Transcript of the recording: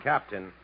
Captain